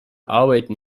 arbeiten